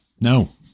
no